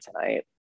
tonight